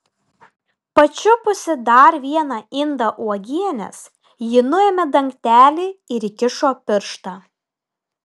pačiupusi dar vieną indą uogienės ji nuėmė dangtelį ir įkišo pirštą